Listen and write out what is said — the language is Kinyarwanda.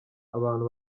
abantu